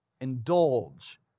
indulge